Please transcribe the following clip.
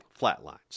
flatlines